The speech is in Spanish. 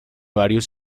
varios